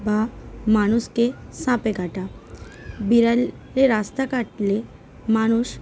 বা মানুষকে সাঁপে কাটা বিড়ালে রাস্তা কাটলে মানুষ